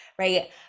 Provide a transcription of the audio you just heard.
Right